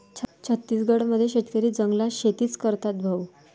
छत्तीसगड मध्ये शेतकरी जंगलात शेतीच करतात भाऊ